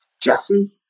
Jesse